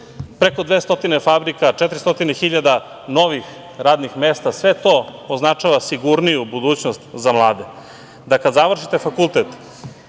Preko 200 fabrika, 400 hiljada novih radnih mesta, sve to označava sigurniju budućnost za mlade. Da kada završite fakultet